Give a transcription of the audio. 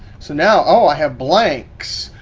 so now, oh! i have blanks,